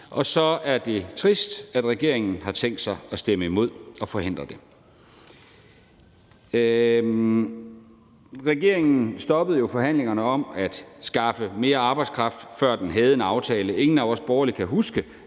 og så er det trist, at regeringen har tænkt sig at stemme imod og forhindre det. Regeringen stoppede jo forhandlingerne om at skaffe mere arbejdskraft, før den havde en aftale. Ingen af os borgerlige kan huske,